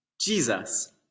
Jesus